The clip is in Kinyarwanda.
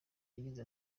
yagize